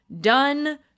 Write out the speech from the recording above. done